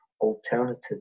alternative